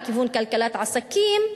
לכיוון כלכלת עסקים,